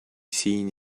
seen